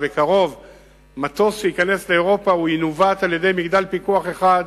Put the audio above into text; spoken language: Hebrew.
ובקרוב מטוס שייכנס לאירופה ינווט על-ידי מגדל פיקוח אחד,